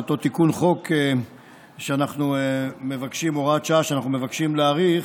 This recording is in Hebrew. באותה הוראת שעה שאנחנו מבקשים להאריך,